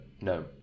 no